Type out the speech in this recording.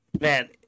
Man